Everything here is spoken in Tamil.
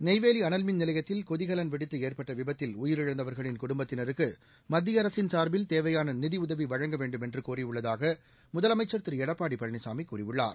நெய்வேலி அனல்மின் நிலையத்தில் கொதிகலன் வெடித்து ஏற்பட்ட விபத்தில் உயிரிழந்தவர்களின் குடும்பத்தினருக்கு மத்திய அரசின் சார்பில் தேவையான நிதி உதவி வழங்க வேண்டுமென்று கோரியுள்ளதாக முதலமைச்சா் திரு எடப்பாடி பழனிசாமி கூறியுள்ளார்